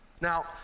Now